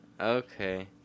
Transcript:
Okay